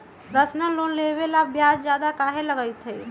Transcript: Personal loan लेबे पर ब्याज ज्यादा काहे लागईत है?